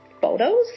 photos